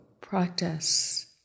practice